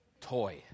toy